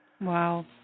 Wow